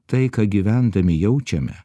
tai ką gyvendami jaučiame